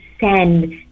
send